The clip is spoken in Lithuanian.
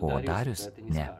o darius ne